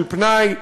של פנאי,